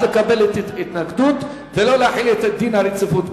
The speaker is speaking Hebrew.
לקבל את ההתנגדות ולא להחיל את דין הרציפות,